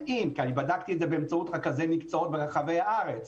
אני בדקתי את זה באמצעות רכזי מקצועות ברחבי הארץ,